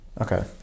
Okay